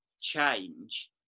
change